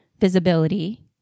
visibility